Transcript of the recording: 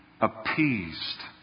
appeased